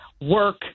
work